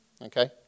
Okay